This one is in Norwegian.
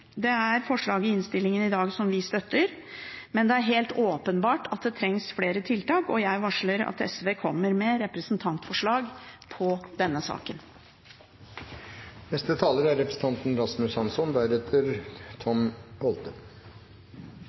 Det er forslag i innstillingen i dag som vi er med på, men det er helt åpenbart at det trengs flere tiltak, og jeg varsler at SV kommer med representantforslag på denne saken. Av og til er